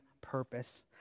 purpose